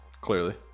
Clearly